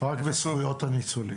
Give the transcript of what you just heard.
רק בסוגיות הניצולים.